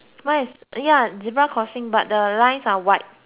zebra crossing but the lines are white